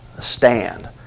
stand